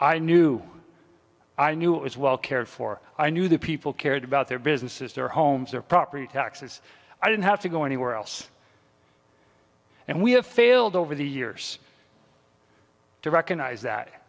i knew i knew it was well cared for i knew that people cared about their businesses their homes their property taxes i didn't have to go anywhere else and we have failed over the years to recognize that